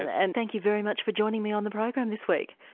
and thank you very much for joining me on the program this week.